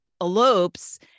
elopes